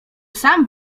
sam